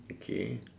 okay